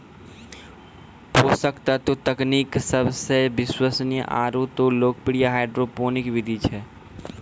पोषक तत्व तकनीक सबसे विश्वसनीय आरु लोकप्रिय हाइड्रोपोनिक विधि छै